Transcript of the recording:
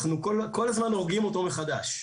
אנחנו כל הזמן הורגים אותו מחדש,